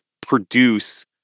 produce